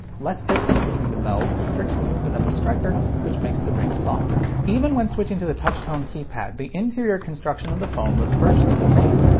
less distance between the bells restricts the movement of the striker, which makes the ring softer. even when switching to the touch tone keypad, the interior construction of the phone was virtually the same.